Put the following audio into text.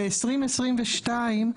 בשנת 2022,